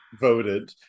voted